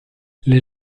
les